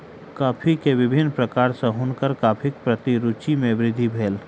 coffee के विभिन्न प्रकार सॅ हुनकर कॉफ़ीक प्रति रूचि मे वृद्धि भेल